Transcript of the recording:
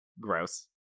Gross